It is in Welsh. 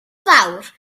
fawr